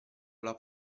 alla